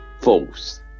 False